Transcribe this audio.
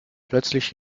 plötzlich